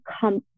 come